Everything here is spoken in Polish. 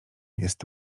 jest